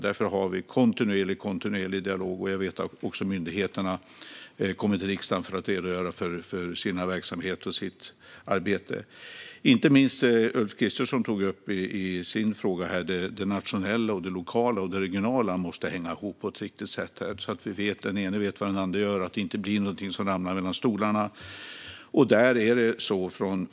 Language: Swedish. Därför har vi en kontinuerlig dialog, och jag vet att myndigheterna även kommer till riksdagen för att redogöra för sina verksamheter och sitt arbete. Ulf Kristersson tog i sin fråga upp att det nationella, det regionala och det lokala måste hänga ihop på ett riktigt sätt så att den ena vet vad den andre gör och att ingenting ramlar mellan stolarna.